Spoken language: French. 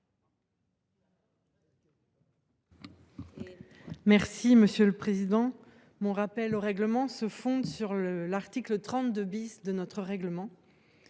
Monsieur le président, mon rappel au règlement se fonde sur l’article 38 de notre règlement,